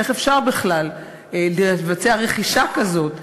איך אפשר בכלל לבצע רכישה כזאת?